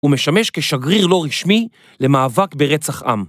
ומשמש כשגריר לא רשמי למאבק ברצח עם.